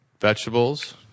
vegetables